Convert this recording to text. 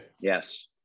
Yes